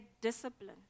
discipline